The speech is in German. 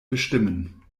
bestimmen